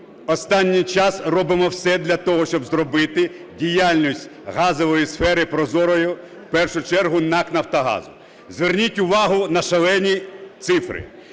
останній час робимо все для того, щоб зробити діяльність газової сфери прозорою, в першу чергу НАК "Нафтогазу". Зверніть увагу на шалені цифри.